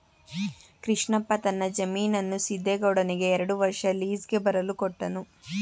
ಕೃಷ್ಣಪ್ಪ ತನ್ನ ಜಮೀನನ್ನು ಸಿದ್ದೇಗೌಡನಿಗೆ ಎರಡು ವರ್ಷ ಲೀಸ್ಗೆ ಬರಲು ಕೊಟ್ಟನು